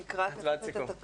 נקרא את התקנות,